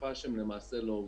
בתקופה שהם למעשה לא עובדים.